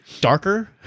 darker